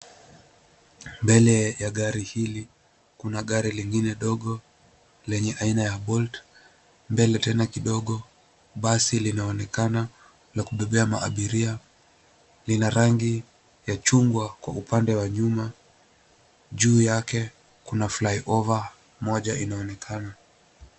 Mbele ya gari hili, kuna gari lingine dogo, lenye aina ya Bolt . Mbele tena kidogo, basi linaonekana la kubebea maabiria. Lina rangi ya chungwa kwa upande wa nyuma. Juu yake, kuna fly-over moja inaonekana.